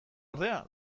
ordea